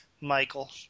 Michael